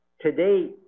today